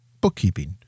bookkeeping